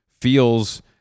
feels